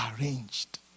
arranged